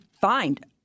find